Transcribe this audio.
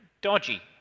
dodgy